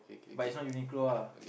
but it's not Uniqlo lah